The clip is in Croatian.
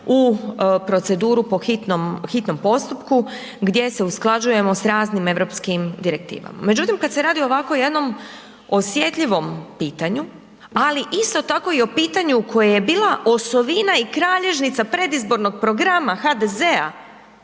u proceduru po hitnom postupku gdje se usklađujemo s raznim europskim direktivama. Međutim, kad se radi o ovako jednom osjetljivom pitanju, ali isto tako i o pitanju koje je bila osovina i kralježnica predizbornog programa HDZ-a